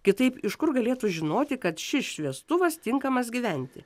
kitaip iš kur galėtų žinoti kad šis šviestuvas tinkamas gyventi